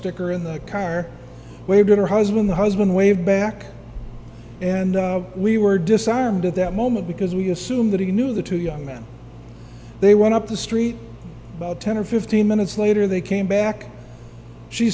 sticker in the car waved at her husband the husband waved back and we were disarmed at that moment because we assume that he knew the two young men they went up the street about ten or fifteen minutes later they came back she